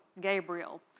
Gabriel